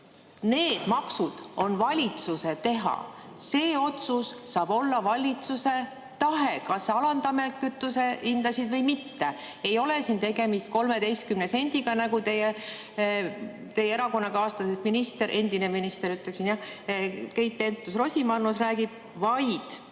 need maksud on valitsuse teha. See otsus saab olla valitsuse tahe, kas alandame kütusehindasid või mitte. Ei ole siin tegemist 13 sendiga, nagu teie erakonnakaaslasest minister – ütleksin, et endine minister – Keit Pentus-Rosimannus räägib, vaid